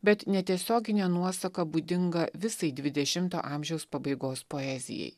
bet netiesioginė nuosaka būdinga visai dvidešimto amžiaus pabaigos poezijai